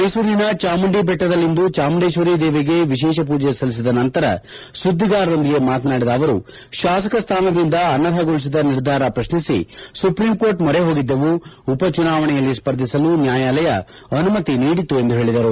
ಮ್ಮೆಸೂರಿನ ಚಾಮುಂದಿ ಬೆಟ್ಟದಲ್ಲಿಂದು ಚಾಮುಂಡೇಶ್ವರಿ ದೇವಿಗೆ ವಿಶೇಷ ಪೂಜೆ ಸಲ್ಲಿಸಿದ ನಂತರ ಸುದ್ದಿಗಾರರೊಂದಿಗೆ ಮಾತನಾದಿದ ಅವರು ಶಾಸಕ ಸ್ಥಾನದಿಂದ ಅನರ್ಹಗೊಳಿಸಿದ ನಿರ್ಧಾರ ಪ್ರಶ್ನಿಸಿ ಸುಪ್ರೀಂಕೋರ್ಟ್ ಮೊರೆ ಹೋಗಿದ್ದೆವು ಉಪಚುನಾವಣೆಯಲ್ಲಿ ಸ್ಪರ್ಧಿಸಲು ನ್ಯಾಯಾಲಯ ಅನುಮತಿ ನೀಡಿತು ಎಂದು ಹೇಳಿದರು